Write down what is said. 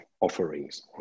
offerings